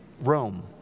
Rome